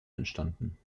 entstanden